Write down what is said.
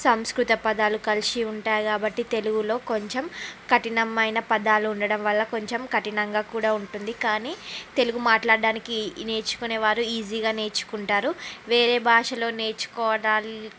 సంస్కృత పదాలు కలిసి ఉంటాయి కాబట్టి తెలుగులో కొంచెం కఠినమైన పదాలు ఉండడం వల్ల కొంచెం కఠినంగా కూడా ఉంటుంది కానీ తెలుగు మాట్లాడడానికి నేర్చుకునే వారు ఈజీగా నేర్చుకుంటారు వేరే భాషలో నేర్చుకోవటా